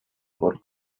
por